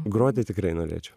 groti tikrai norėčiau